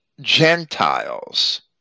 Gentiles